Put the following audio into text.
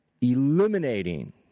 eliminating